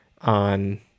on